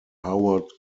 howard